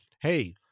hey